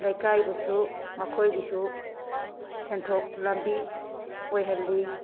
ꯂꯩꯀꯥꯏꯕꯨꯁꯨ ꯃꯈꯣꯏꯒꯤꯁꯨ ꯁꯦꯟꯊꯣꯛ ꯂꯝꯕꯤ ꯑꯣꯏꯍꯜꯂꯤ